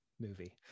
Movie